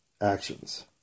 actions